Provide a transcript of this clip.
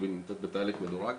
היא נמצאת בתהליך מדורג.